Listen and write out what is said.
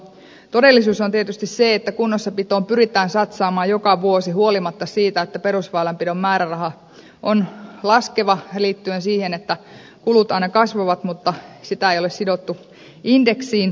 todellisuus on tietysti se että kunnossapitoon pyritään satsaamaan joka vuosi huolimatta siitä että perusväylänpidon määräraha on laskeva liittyen siihen että kulut aina kasvavat mutta tätä meidän määrärahatasoamme ei ole sidottu indeksiin